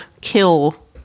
kill